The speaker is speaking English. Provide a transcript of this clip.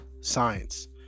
science